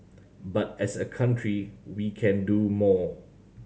but as a country we can do more